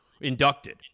inducted